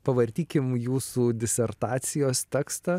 pavartykim jūsų disertacijos tekstą